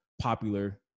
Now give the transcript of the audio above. popular